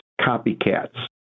copycats